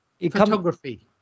Photography